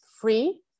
free